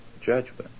judgment